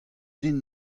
din